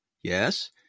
Yes